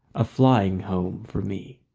a flying home for me.